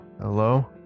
hello